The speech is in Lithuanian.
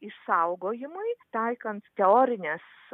išsaugojimui taikant teorines